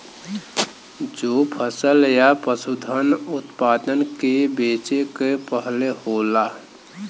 जो फसल या पसूधन उतपादन के बेचे के पहले होला